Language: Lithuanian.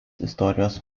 istorijos